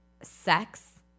sex